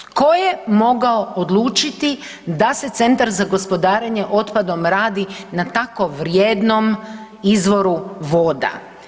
Tko je mogao odlučiti da se centar za gospodarenje otpadom radi na tako vrijednom izvoru voda?